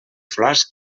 flors